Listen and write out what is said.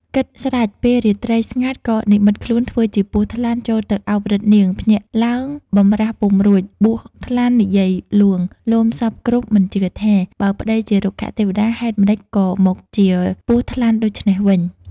គិតស្រេចពេលរាត្រីស្ងាត់ក៏និម្មិតខ្លួនធ្វើជាពស់ថ្លាន់ចូលទៅ អោបរឹតនាង! ភ្ញាក់ឡើងបំរះពុំរួចបួសថ្លាន់និយាយលួង លោមសព្វគ្រប់មិនជឿថា បើប្ដីជារុក្ខទេវតា ហេតុម្ដេចក៏មកជាពស់ថ្លាន់ដូច្នេះវិញ។